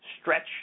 stretch